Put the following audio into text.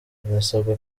murasabwa